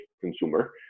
consumer